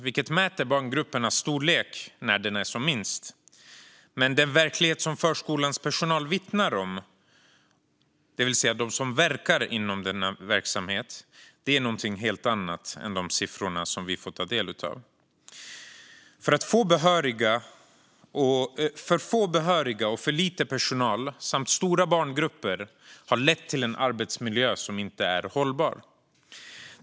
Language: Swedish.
Den mäter barngruppernas storlek när de är som minst, men den verklighet som förskolans personal verkar inom är något annat än de siffror som vi får ta del av. För få behöriga och för lite personal samt stora barngrupper har lett till en arbetsmiljö som inte är hållbar.